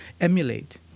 emulate